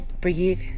breathe